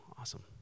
awesome